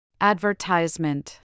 Advertisement